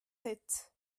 sept